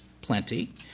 plenty